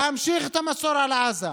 להמשיך את המצור על עזה.